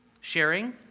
sharing